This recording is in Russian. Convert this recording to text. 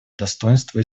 достоинство